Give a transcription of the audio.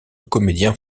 comédiens